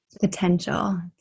potential